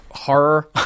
horror